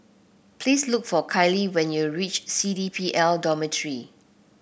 please look for Kailee when you reach C D P L Dormitory